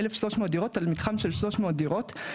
1,300 דירות על מתחם של 300 דירות.